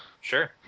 Sure